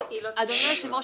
אדוני היושב ראש,